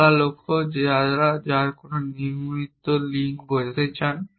খোলা লক্ষ্য দ্বারা আপনি কোন নৈমিত্তিক লিঙ্ক বোঝাতে চান